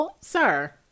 sir